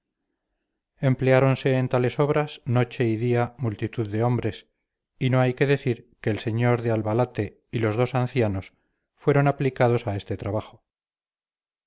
empleáronse en tales obras noche y día multitud de hombres y no hay que decir que el señor de albalate y los dos ancianos fueron aplicados a este trabajo